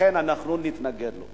לכן אנחנו נתנגד לו.